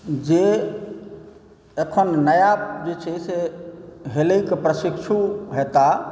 जे एखन नया जे छै से हेलैके प्रशिक्षु हेता